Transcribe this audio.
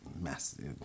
massive